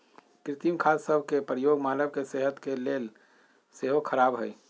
कृत्रिम खाद सभ के प्रयोग मानव के सेहत के लेल सेहो ख़राब हइ